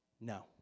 No